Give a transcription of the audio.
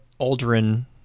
Aldrin